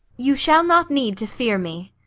you shall not need to fear me.